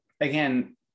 again